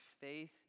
faith